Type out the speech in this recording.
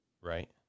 Right